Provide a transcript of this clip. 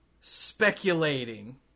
speculating